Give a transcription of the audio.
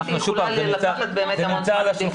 הצעת חוק פרטית יכולה לקחת הרבה זמן.